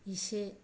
इसे